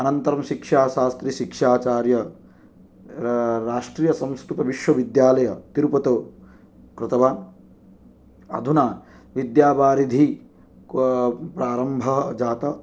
अनन्तरं शिक्षाशास्त्री शिक्षाचार्य राष्ट्रीयसंस्कृतविश्वविद्यालये तिरुपतौ कृतवान् अधुना विद्यावारिधी प्रारम्भः जातः